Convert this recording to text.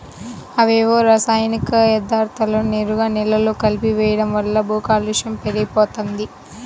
అవేవో రసాయనిక యర్థాలను నేరుగా నేలలో కలిపెయ్యడం వల్ల భూకాలుష్యం పెరిగిపోతంది